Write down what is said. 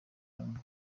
bwacya